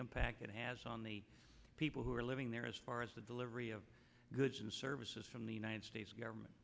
impact it has on the people who are living there as far as the delivery of goods and services from the united states government